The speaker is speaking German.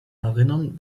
erinnern